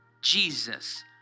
Jesus